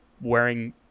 wearing